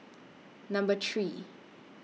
Number three